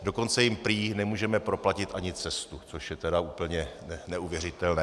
Dokonce jim prý nemůžeme proplatit ani cestu, což je úplně neuvěřitelné.